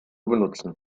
benutzen